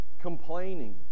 complaining